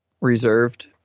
reserved